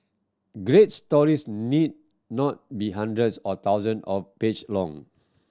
great stories need not be hundreds or thousand of page long